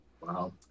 Wow